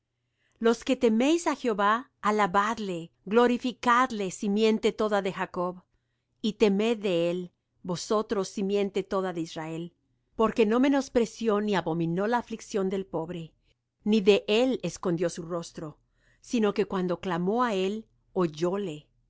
los que teméis á jehová alabadle glorificadle simiente toda de jacob y temed de él vosotros simiente toda de israel porque no menospreció ni abominó la aflicción del pobre ni de él escondió su rostro sino que cuando clamó á él oyóle